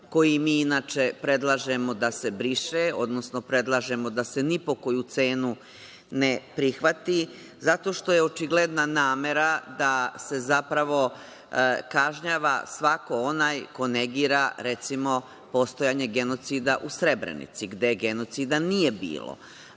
koji mi inače predlažemo da se briše, odnosno predlažemo da se ni po koju cenu ne prihvati. Zato što je očigledna namera da se zapravo kažnjava svako onaj ko negira, recimo, postojanje genocida u Srebrenici gde genocida nije